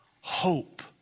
hope